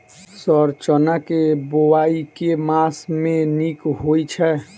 Sir चना केँ बोवाई केँ मास मे नीक होइ छैय?